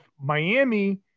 Miami